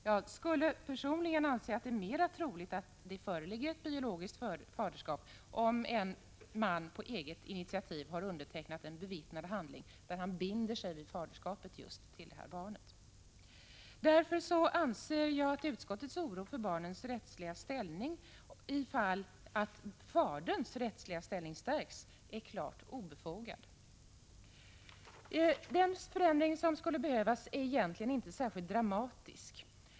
Jag skulle personligen anse att det är mera troligt att det föreligger ett biologiskt faderskap i det fall en man på eget initiativ undertecknat en bevittnad handling där han binder sig vid faderskapet just till detta barn. Därför anser jag att utskottets oro för barnens rättsliga ställning, om faderns rättsliga ställning stärks, är klart obefogad. Den förändring som skulle behövas är egentligen inte särskilt dramatisk.